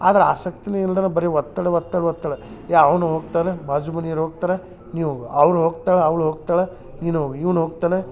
ಆದ್ರೆ ಆಸಕ್ತಿನ ಇಲ್ದನ ಬರಿ ಒತ್ತಡ ಒತ್ತಡ ಒತ್ತಡ ಯಾ ಅವನು ಹೋಗ್ತಾನೆ ಬಾಜು ಮನೆಯವರು ಹೋಗ್ತಾರೆ ನೀ ಹೋಗು ಅವ್ರು ಹೋಗ್ತಾಳೆ ಅವ್ಳು ಹೋಗ್ತಾಳ ನೀನು ಹೋಗು ಇವ್ನು ಹೋಗ್ತಾನ